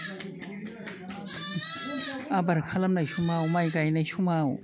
आबाद खालामनाय समाव माइ गायनाय समाव